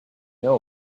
know